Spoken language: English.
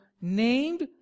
named